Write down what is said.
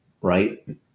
right